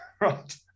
right